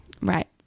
Right